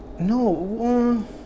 No